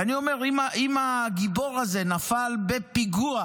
ואני אומר, אם הגיבור הזה נפל בפיגוע,